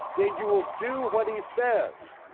that you will do what he says,